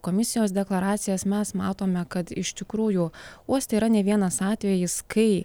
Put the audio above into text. komisijos deklaracijas mes matome kad iš tikrųjų uoste yra ne vienas atvejis kai